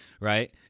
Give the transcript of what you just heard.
Right